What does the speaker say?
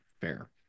Fair